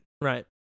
Right